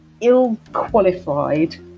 ill-qualified